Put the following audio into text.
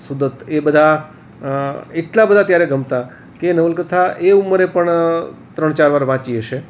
સુદત્ત એ બધાં એટલાં બધાં ત્યારે ગમતાં કે નવલકથા એ ઉંમરે પણ ત્રણ ચાર વાર વાંચી હશે